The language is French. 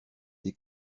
des